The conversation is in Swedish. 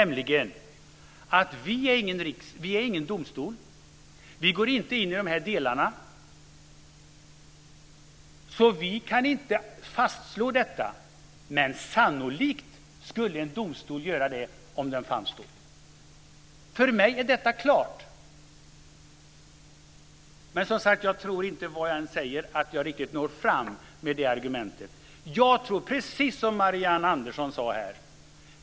Riksdagen är ingen domstol. Vi går inte in i de delarna. Vi kan inte fastslå detta. Men sannolikt skulle en domstol ha gjort det om den fanns då. För mig är detta klart. Men jag tror inte att jag riktigt når fram med det argumentet vad jag än säger. Jag tror att det är precis som Marianne Andersson sade här.